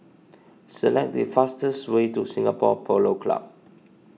select the fastest way to Singapore Polo Club